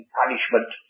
punishment